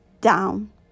down